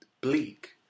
bleak